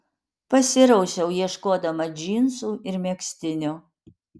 pasirausiau ieškodama džinsų ir megztinio